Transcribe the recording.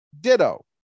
ditto